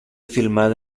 filmada